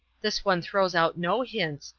this one throws out no hints,